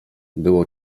było